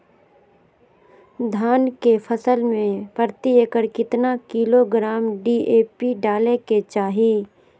धान के फसल में प्रति एकड़ कितना किलोग्राम डी.ए.पी डाले के चाहिए?